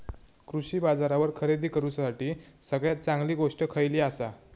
कृषी बाजारावर खरेदी करूसाठी सगळ्यात चांगली गोष्ट खैयली आसा?